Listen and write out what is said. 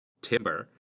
Timber